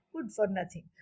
good-for-nothing